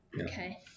Okay